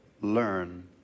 learn